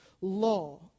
law